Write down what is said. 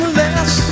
less